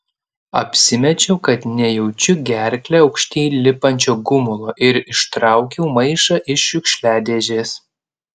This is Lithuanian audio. apsimečiau kad nejaučiu gerkle aukštyn lipančio gumulo ir ištraukiau maišą iš šiukšliadėžės